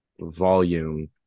volume